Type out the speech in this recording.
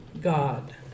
God